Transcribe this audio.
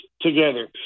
together